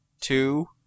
two